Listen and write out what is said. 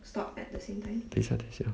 等一下等一下